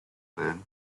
learn